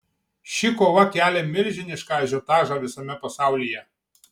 ši kova kelia milžinišką ažiotažą visame pasaulyje